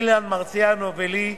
אילן מרסיאנו ולי,